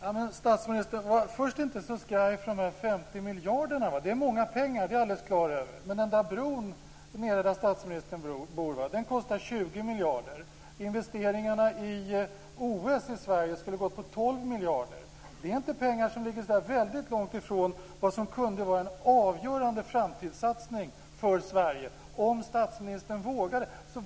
Fru talman! Var inte så skraj för de 50 miljarderna. Det är mycket pengar. Det är jag klar över. Men bron där statsministern bor kostar 20 miljarder. Investeringarna i OS i Sverige skulle ha gått på 12 miljarder. Det är pengar som inte ligger så väldigt långt ifrån vad som kunde vara en avgörande framtidssatsning för Sverige, om statsministern vågade.